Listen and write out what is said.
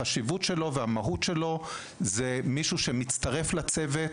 החשיבות והמהות של עוזר רופא זה שהוא מצטרף לצוות